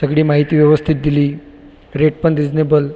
सगळी माहिती व्यवस्थित दिली रेट पण रीजनेबल